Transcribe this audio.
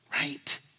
right